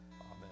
Amen